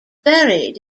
buried